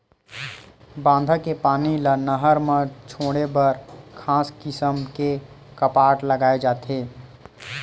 बांधा के पानी ल नहर म छोड़े बर खास किसम के कपाट लगाए जाथे